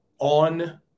on